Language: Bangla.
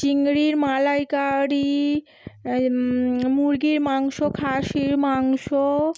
চিংড়ির মালাইকারি মুরগির মাংস খাসির মাংস